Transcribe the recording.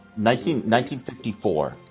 1954